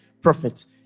prophets